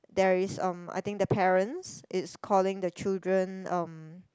there is um I think the parents is calling the children um